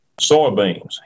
Soybeans